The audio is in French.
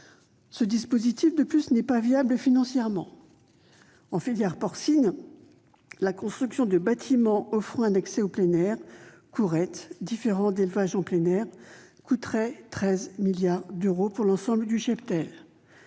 le dispositif proposé n'est pas viable financièrement. Dans la filière porcine, la construction de bâtiments offrant un accès au plein air- courettes, différent d'élevage plein air -coûterait 13 milliards d'euros pour l'ensemble du cheptel.